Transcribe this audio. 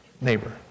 Neighbor